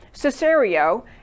Cesario